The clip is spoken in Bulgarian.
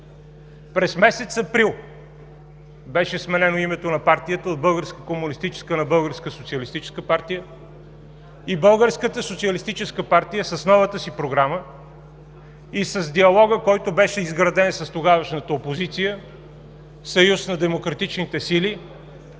През месец април беше сменено името на партията от Българска комунистическа на Българска социалистическа партия и Българската социалистическа партия с новата си програма и с диалога, който беше изграден с тогавашната опозиция – Съюз на демократичните сили,